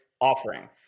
offering